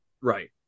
Right